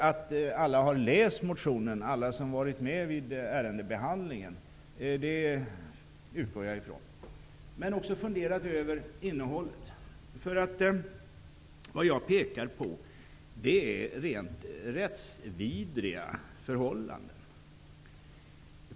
Jag utgår ifrån att alla som har varit med vid ärendebehandlingen också har läst motionen. Vad jag pekar på är rent rättsvidriga förhållanden.